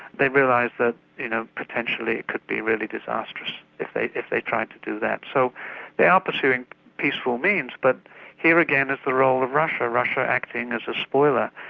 they realise that you know potentially it could be really disastrous if they if they tried to do that. so they are pursuing peaceful means, but here again is the role of russia, russia acting as a spoiler.